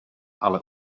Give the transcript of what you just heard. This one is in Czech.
ale